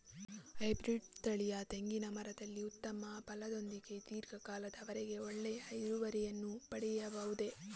Hybrid ತಳಿಯ ತೆಂಗಿನ ಮರದಲ್ಲಿ ಉತ್ತಮ ಫಲದೊಂದಿಗೆ ಧೀರ್ಘ ಕಾಲದ ವರೆಗೆ ಒಳ್ಳೆಯ ಇಳುವರಿಯನ್ನು ಪಡೆಯಬಹುದೇ?